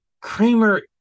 Kramer